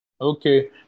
Okay